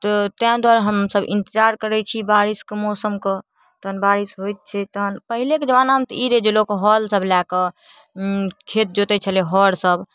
तऽ तै दुआरे हमसब इन्तजार करै छी बारिशके मौसमके तहन बारिश होइ छै तहन पहिलेके जमानामे तऽ ई रहै जे लोग हल सब लए कऽ खेत जोतै छलै हर सब